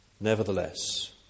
Nevertheless